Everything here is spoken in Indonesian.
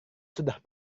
sudah